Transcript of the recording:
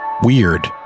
Weird